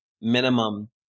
minimum